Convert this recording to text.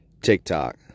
TikTok